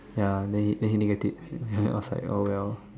ya then he Din get it he was like oh well